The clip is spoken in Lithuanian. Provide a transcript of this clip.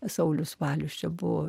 saulius valius čia buvo